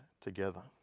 together